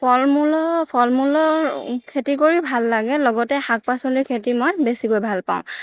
ফল মূলৰ ফল মূলৰ খেতি কৰিও ভাল লাগে লগতে শাক পাচলিৰ খেতি মই বেছিকৈ ভাল পাওঁ